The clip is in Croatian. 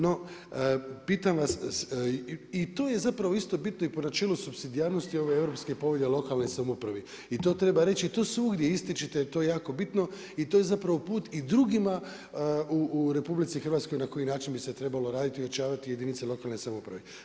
No, pitam vas i to je zapravo isto bitno i po načeli supsidijarnosti ove europske povelje o lokalnoj samoupravi i to treba reći i to svugdje istječete jer to je jako bitno i to je zapravo put i drugima u RH na koji način bi se trebalo raditi i ojačavati jedinice lokalne samouprave.